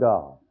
God